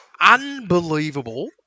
Unbelievable